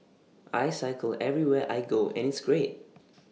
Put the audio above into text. I cycle everywhere I go and it's great